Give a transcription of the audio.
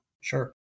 Sure